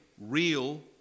real